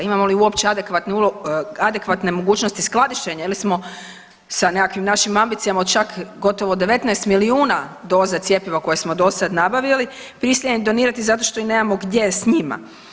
Imamo li uopće adekvatne mogućnosti skladištenje ili smo sa nekakvim našim ambicijama od gotovo čak 19 milijuna doza cjepiva koje smo dosada nabavili prisiljeni donirati ih zato što i nemamo gdje s njima.